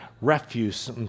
refuse